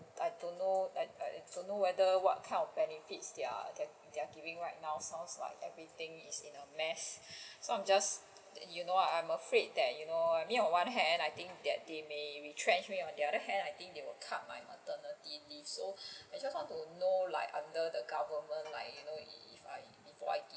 I don't know I I don't know whether what kind of benefits they're they're giving right now sounds like everything is in a mess so I am just you know I am afraid that you know me on one hand I think that they may retrench me on the other hand I think they may cut my maternity leave so I just want to know like under the government like you know if do I give